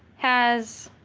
has